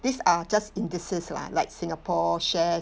these are just indices lah like singapore shares